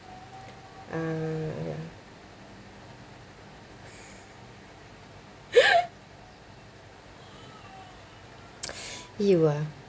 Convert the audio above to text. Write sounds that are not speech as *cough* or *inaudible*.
uh ya *laughs* *noise* you ah